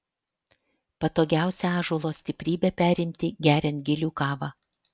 patogiausia ąžuolo stiprybę perimti geriant gilių kavą